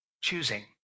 choosing